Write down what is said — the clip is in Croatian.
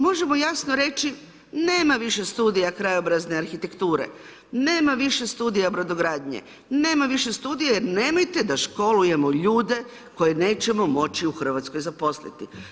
Možemo jasno reći, nema više studija krajobrazne arhitekture, nema više studija brodogradnje, nema više studija, jer nemojte da školujemo ljude, koje nećemo moći u Hrvatskoj zaposliti.